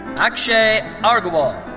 akshay argawal.